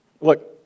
look